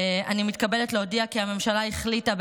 אני מתכבדת להודיע כי הממשלה החליטה,